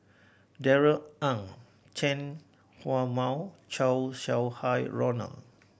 Darrell Ang Chen Mao Chow Sau Hai Roland